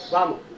Vamos